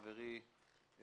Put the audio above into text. חברי,